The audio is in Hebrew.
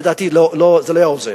לדעתי זה לא היה עוזר.